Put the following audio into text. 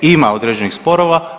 Ima određenih sporova.